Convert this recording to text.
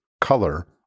color